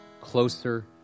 closer